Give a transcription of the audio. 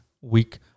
week